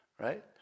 right